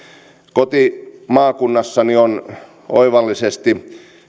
kotimaakunnassani on oivallisesti